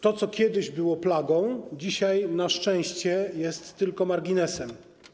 To, co kiedyś było plagą, dzisiaj na szczęście jest tylko marginesem.